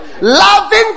Loving